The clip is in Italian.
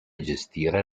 gestire